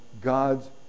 God's